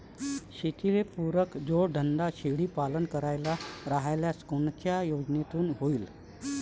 शेतीले पुरक जोडधंदा शेळीपालन करायचा राह्यल्यास कोनच्या योजनेतून होईन?